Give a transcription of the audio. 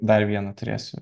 dar vieną turėsiu